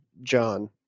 John